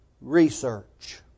research